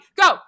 go